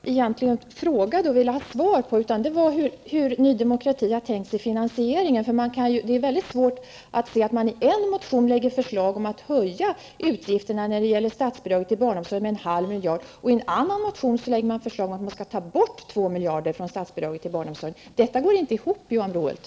Herr talman! Det var inte i det sammanhanget som jag ville ha ett svar. Vad jag undrade var hur Ny Demokrati tänkt sig att finansiera det här. Det är väldigt svårt att förstå vad man menar. I en motion finns det förslag om en höjning av utgifterna med en halv miljard när det gäller statsbidraget till omsorgen. I en annan motion finns det förslag om att 2 miljarder skall tas från statsbidraget för att gå till barnomsorgen. Det hela går inte ihop, Johan